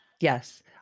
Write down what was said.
Yes